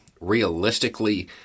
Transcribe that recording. Realistically